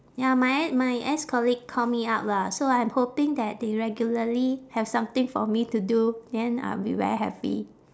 ya my e~ my ex-colleague call me up lah so I'm hoping that they regularly have something for me to do then I'll be very happy